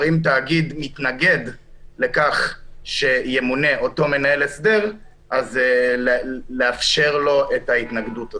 אם תאגיד מתנגד לכך שימונה אותו מנהל הסדר אז לאפשר לו את ההתנגדות הזו.